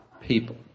people